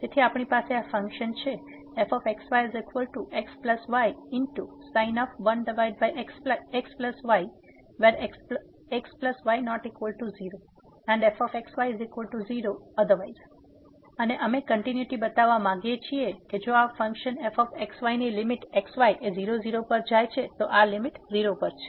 તેથી આપણી પાસે આ ફંક્શન છે fxyxysin 1xy xy≠0 0elsewhere અને અમે કંટીન્યુટી બતાવવા માંગીએ છીએ કે જો આ ફંક્શન fx y ની લીમીટ x y એ 0 0 પર જાય છે તો આ લીમીટ 0 છે